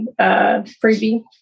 freebie